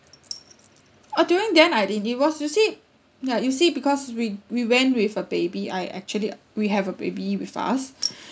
oh during then I didn't it was you see ya you see because we we went with a baby I actually we have a baby with us